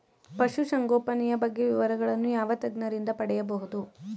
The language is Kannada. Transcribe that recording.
ಪಶುಸಂಗೋಪನೆಯ ಬಗ್ಗೆ ವಿವರಗಳನ್ನು ಯಾವ ತಜ್ಞರಿಂದ ಪಡೆಯಬಹುದು?